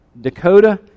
Dakota